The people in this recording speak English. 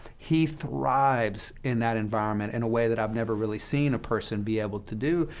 he thrives in that environment in a way that i've never really seen a person be able to do.